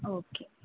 okay